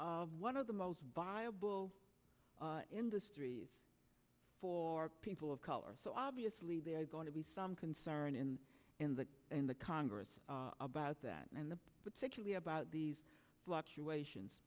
of one of the most viable industries for people of color so obviously they're going to be some concern in the in the in the congress about that and the particularly about these fluctuations